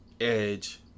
Edge